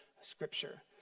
scripture